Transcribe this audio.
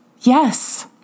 Yes